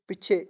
ਪਿੱਛੇ